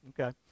Okay